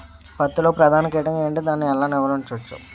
పత్తి లో ప్రధాన కీటకం ఎంటి? దాని ఎలా నీవారించచ్చు?